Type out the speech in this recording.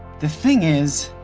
the thing is,